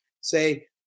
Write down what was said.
say